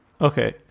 Okay